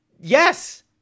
Yes